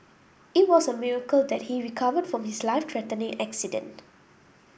it was a miracle that he recovered from his life threatening accident